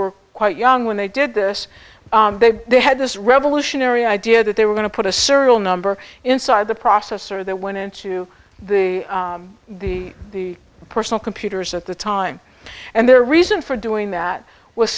were quite young when they did this they had this revolutionary idea that they were going to put a serial number inside the processor that went into the the the personal computers at the time and their reason for doing that was